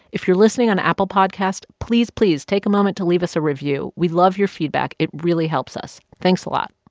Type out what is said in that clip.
if you're listening on apple podcasts, please, please take a moment to leave us a review. we love your feedback. it really helps us. thanks a lot